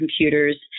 computers